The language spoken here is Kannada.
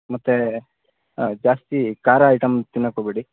ಮತ್ತು ಹಾಂ ಜಾಸ್ತಿ ಖಾರ ಐಟಮ್ ತಿನ್ನಕ್ಕೆ ಹೋಗ್ಬೇಡಿ